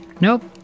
Nope